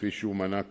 כפי שהוא מנה כאן,